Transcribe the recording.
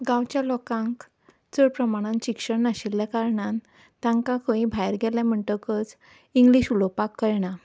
गांवच्या लोकांक चड प्रमाणांत शिक्षण नाशिल्ल्या कारणान तांकां खंयीय भायर गेले म्हणटकच इंग्लीश उलोपाक कयणा